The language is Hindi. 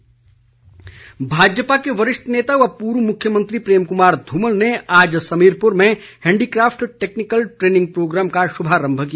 धूमल भाजपा के वरिष्ठ नेता व पूर्व मुख्यमंत्री प्रेम कुमार धूमल ने आज समीरपुर में हैंडीक्राफ्ट टैक्नीकल ट्रैनिंग प्रोग्राम का शुभारम्भ किया